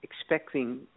expecting